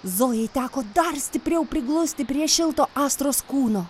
zojai teko dar stipriau priglusti prie šilto astros kūno